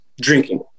drinking